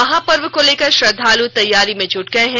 महापर्व को लेकर श्रद्वालु तैयारी में जुट गये हैं